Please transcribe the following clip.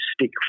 Stick